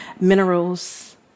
minerals